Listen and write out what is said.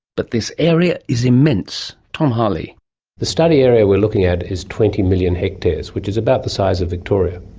but this area is immense. tom harley the study area we're looking at is twenty million hectares, which is about the size of victoria,